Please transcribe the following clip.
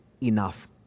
enough